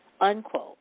unquote